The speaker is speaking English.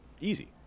easy